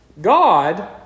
God